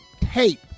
tape